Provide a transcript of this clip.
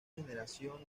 generación